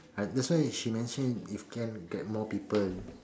I that's why she mentioned if can get more people